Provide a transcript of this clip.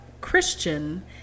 Christian